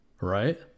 right